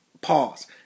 Pause